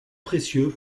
précieux